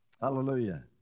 Hallelujah